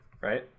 Right